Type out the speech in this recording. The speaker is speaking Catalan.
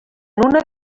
una